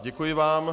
Děkuji vám.